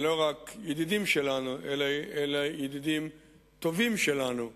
אלה לא רק ידידים שלנו, אלא ידידים טובים שלנו,